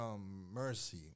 mercy